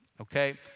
okay